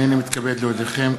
הנני מתכבד להודיעכם,